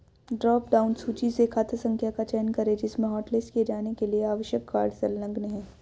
drop down सूची से खाता संख्या का चयन करें जिसमें हॉटलिस्ट किए जाने के लिए आवश्यक कार्ड संलग्न है